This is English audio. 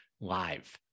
Live